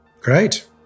great